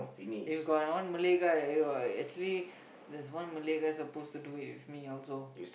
if got like one Malay guy at there !wah! actually there's one Malay guy suppose to do it with me also